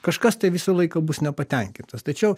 kažkas tai visą laiką bus nepatenkintas tačiau